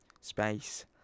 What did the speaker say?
space